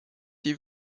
die